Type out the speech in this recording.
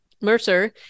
Mercer